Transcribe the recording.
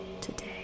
today